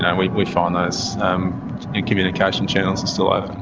yeah we we find those communication channels are still open.